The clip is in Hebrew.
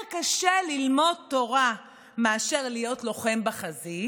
קשה ללמוד תורה מאשר להיות לוחם בחזית,